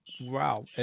Wow